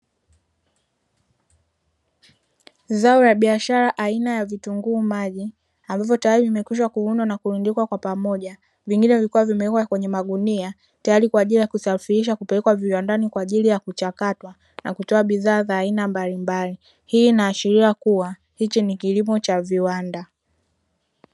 Zao la biashara aina vitunguu maji ambavyo tayari vimekwisha kuvunwa na kurundikwa kwa pamoja, vingine vikiwa vimewekwa kwenye magunia tayari kwa ajili ya kusafirishwa kupelekwa viwandani kwa ajili ya kuchakatwa na kutoa bidhaa za aina mbalimbali, hii inaashiria kuwa hichi ni kilimo cha viwanda.